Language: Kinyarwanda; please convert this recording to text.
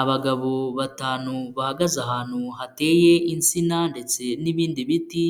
Abagabo batanu bahagaze ahantu hateye insina ndetse n'ibindi biti